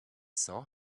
saw